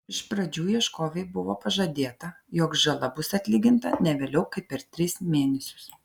iš pradžių ieškovei buvo pažadėta jog žala bus atlyginta ne vėliau kaip per tris mėnesius